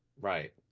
Right